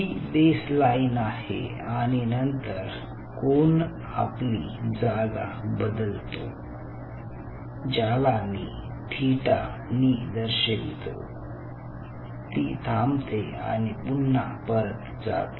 ही baseline आहे आणि नंतर कोण आपली जागा बदलतो ज्याला मी थिटा नि दर्शवितो ती थांबते आणि पुन्हा परत जाते